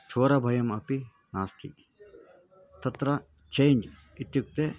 चोरभयमपि नास्ति तत्र चेञ्ज् इत्युक्ते